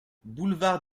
boulevard